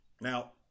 Now